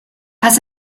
has